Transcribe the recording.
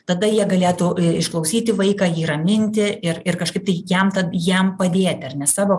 tada jie galėtų išklausyti vaiką jį raminti ir ir kažkaip tai jam tad jam padėti ar ne savo